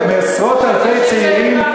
להשתחררות מעשרות אלפי צעירים,